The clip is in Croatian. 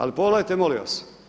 Ali pogledajte molim vas.